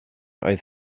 oedd